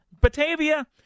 Batavia